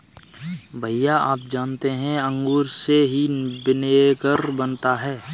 भैया आप जानते हैं अंगूर से ही विनेगर बनता है